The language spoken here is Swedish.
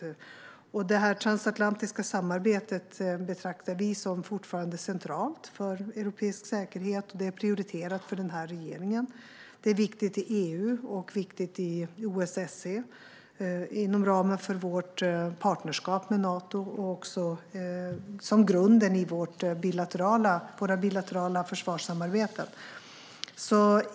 Vi betraktar fortfarande det transatlantiska samarbetet som centralt för europeisk säkerhet. Det är prioriterat för regeringen, och det är viktigt i EU och OSSE, inom ramen för vårt partnerskap med Nato men också som grund i våra bilaterala försvarssamarbeten.